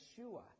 Yeshua